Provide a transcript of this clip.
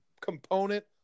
component